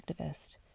activist